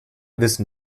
wissen